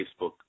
Facebook